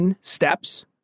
steps